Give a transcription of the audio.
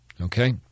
Okay